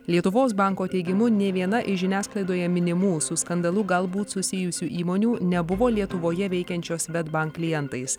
lietuvos banko teigimu nė viena iš žiniasklaidoje minimų su skandalu galbūt susijusių įmonių nebuvo lietuvoje veikiančio swedbank klientais